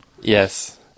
Yes